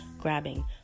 grabbing